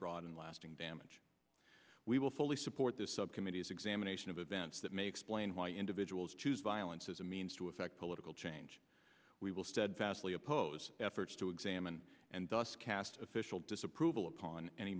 broad and lasting damage we will fully support the subcommittee's examination of events that may explain why individuals choose violence as a means to effect political change we will steadfastly oppose efforts to examine and thus cast official disapproval upon any